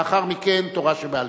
לאחר מכן, תורה שבעל-פה.